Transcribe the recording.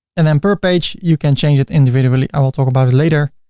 and then per page you can change it individually. i will talk about it later.